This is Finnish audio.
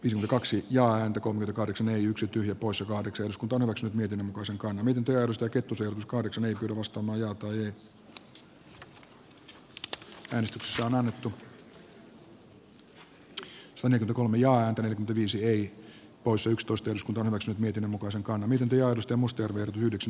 isin kaksi ja entä kun kahdeksan yksi tyhjä poissa kahdeksan osku torrokset miten osankaan työllistä lisääntynyt ilman että rakenteellisiin ongelmiin on kyetty puuttumaan ja myös miten emu kansankaan miten teosta mustajärven yhdeksi